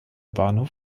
bahnhof